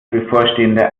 bevorstehende